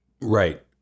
right